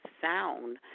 sound